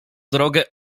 drogę